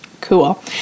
Cool